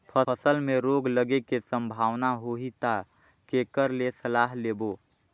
फसल मे रोग लगे के संभावना होही ता के कर ले सलाह लेबो?